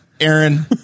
Aaron